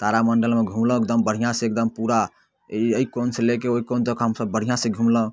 तारामण्डलमे घुमलहुँ एकदम बढ़िआँसँ एकदम पूरा एहि कोनसँ लअ कऽ ओहि कोन तक हमसब बढ़िआँसँ घुमलहुँ